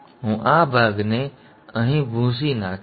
તેથી હું આ ભાગને અહીં ભૂંસી નાખીશ